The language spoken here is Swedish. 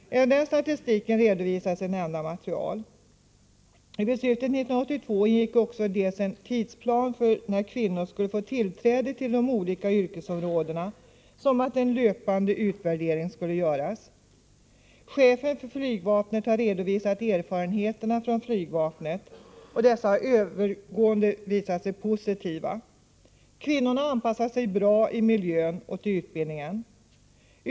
Även den statistiken redovisas i nämnda material. I beslutet 1982 ingick också såväl en tidsplan för när kvinnor skulle kunna få tillträde till de olika yrkesområdena som en plan för löpande utvidgning. Chefen för flypvapnet har redovisat erfarenheterna från flygvapnet, och dessa har genomgående visat sig vara positiva. Kvinnorna har anpassat sig bra i miljön och till utbildningen.